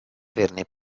averne